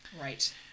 Right